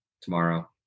tomorrow